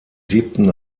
siebten